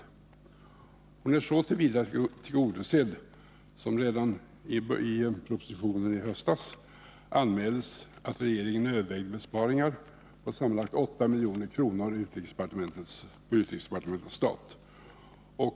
Hennes önskemål är tillgodosedda så till vida att regeringen i sin proposition redan i höstas anmält att man överväger besparingar på sammanlagt 8 milj.kr. på utrikesdepartementets stat.